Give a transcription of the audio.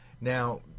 Now